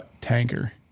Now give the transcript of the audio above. tanker